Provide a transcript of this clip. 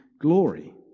glory